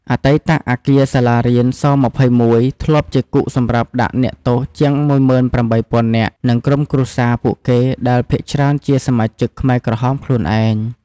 អតីតអគារសាលារៀន ស-២១ ធ្លាប់ជាគុកសម្រាប់ដាក់អ្នកទោសជាង ១៨ ០០០នាក់ និងក្រុមគ្រួសារពួកគេដែលភាគច្រើនជាសមាជិកខ្មែរក្រហមខ្លួនឯង។